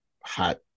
hot